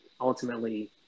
ultimately